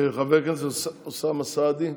חבר הכנסת אוסאמה סעדי,